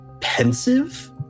pensive